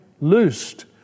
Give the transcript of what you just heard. loosed